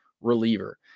reliever